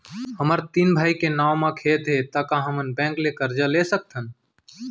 हमर तीन भाई के नाव म खेत हे त का हमन बैंक ले करजा ले सकथन?